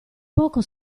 poco